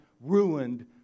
ruined